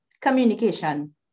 communication